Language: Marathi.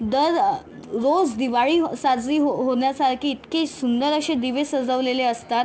दररोज दिवाळी साजरी होण्यासारखी इतके सुंदर असे दिवे सजवलेले असतात